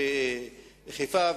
חיפה,